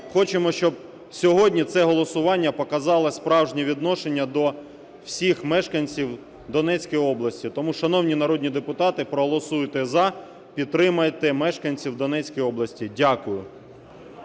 Хочемо, щоб сьогодні це голосування показало справжнє відношення до всіх мешканців Донецької області. Тому, шановні народні депутати, проголосуйте "за", підтримайте мешканців Донецької області. Дякую.